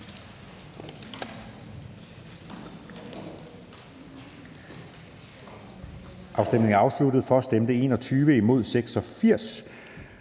Afstemningen er afsluttet. For stemte 86